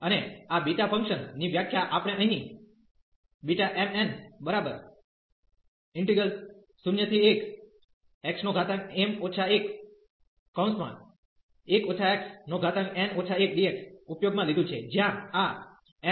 અને આ beta function ની વ્યાખ્યા આપણે અહીં Bmn01xm 11 xn 1dx ઉપયોગ માં લીધું છે જ્યાં આ m0n0